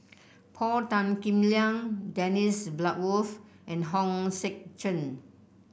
Paul Tan Kim Liang Dennis Bloodworth and Hong Sek Chern